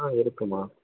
ஆ இருக்குமா